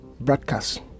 broadcast